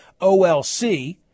OLC